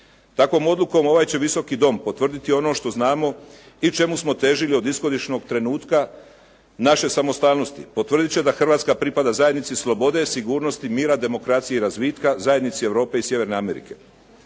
Takvom odlukom ovaj će Visoki dom potvrditi ono što znamo i čemu smo težili od ishodišnog trenutka naše samostalnosti, potvrdit će da Hrvatska pripada zajednici slobode, sigurnosti, mira, demokracije i razvitka, zajednici Europe i sjeverne Amerike.